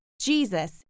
Jesus